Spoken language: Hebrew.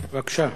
בבקשה.